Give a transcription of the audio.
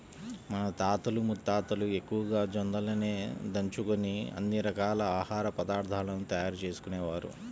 మన తాతలు ముత్తాతలు ఎక్కువగా జొన్నలనే దంచుకొని అన్ని రకాల ఆహార పదార్థాలను తయారు చేసుకునేవారు